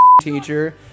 teacher